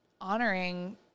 honoring